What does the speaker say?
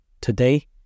Today